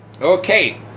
Okay